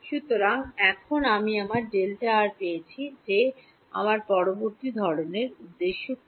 সুতরাং এখন আমি আমার εr পেয়েছি যে আমার পরবর্তী ধরণের উদ্দেশ্য কী